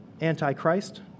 anti-Christ